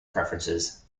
preferences